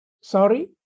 sorry